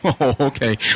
Okay